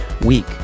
week